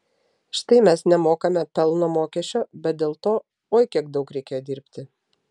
štai mes nemokame pelno mokesčio bet dėl to oi kiek daug reikėjo dirbti